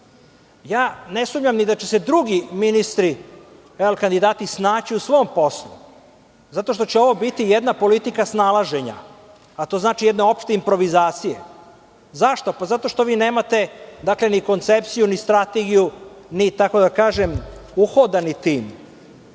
Ne sumnjam ni da će se drugi ministri, kandidati, snaći u svom poslu, zato što će ovo biti jedna politika snalaženja, a to znači jedna opšta improvizacija. Zašto? Zato što vi nemate ni koncepciju, ni strategiju, ni uhodani